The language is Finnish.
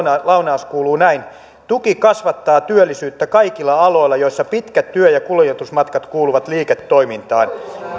lainaus kuuluu näin tuki kasvattaa työllisyyttä kaikilla aloilla joissa pitkät työ ja kuljetusmatkat kuuluvat liiketoimintaan